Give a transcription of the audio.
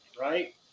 right